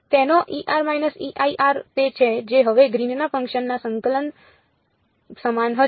તેથી તેનો તે છે જે હવે ગ્રીનના ફંકશન ના સંકલન સમાન હશે